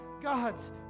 God's